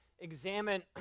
examine